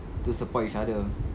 to support each other